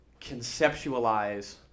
conceptualize